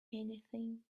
anything